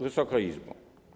Wysoka Izbo!